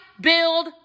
build